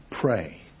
Pray